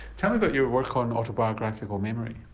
tell me about your work on autobiographical memory?